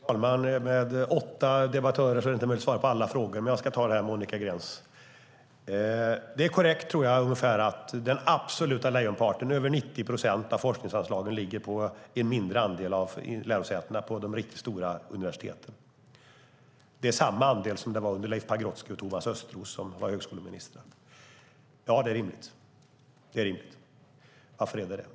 Fru talman! Det är inte möjligt för mig att svara på frågorna från åtta debattörer. Men jag ska besvara Monica Greens fråga. Det är korrekt att lejonparten, över 90 procent, av forskningsanslagen ligger på en mindre andel av lärosätena, och det är de riktigt stora universiteten. Det är samma andel som det var under Leif Pagrotskys och Thomas Östros tid som högskoleministrar. Det är rimligt. Varför är det rimligt?